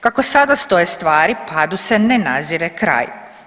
Kako sada stoje stvari padu se ne nazire kraj.